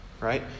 right